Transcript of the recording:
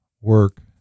work